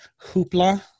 Hoopla